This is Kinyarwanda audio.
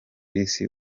isi